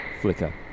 flicker